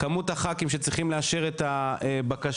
כמות הח"כים שצריכים לאשר את הבקשה,